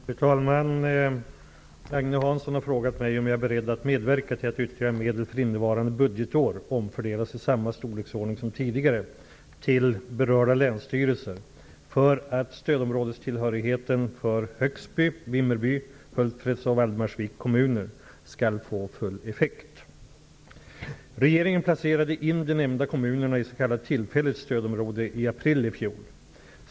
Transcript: Fru talman! Agne Hansson har frågat mig om jag är beredd att medverka till att ytterligare medel för innevarande budgetår omfördelas i samma storleksordning som tidigare till berörda länsstyrelser för att stödområdestillhörigheten för Högsby, Vimmerby, Hultsfreds och Valdemarsviks kommuner skall få full effekt. Regeringen placerade in de nämnda kommunerna i s.k. tillfälligt stödområde i april i fjol.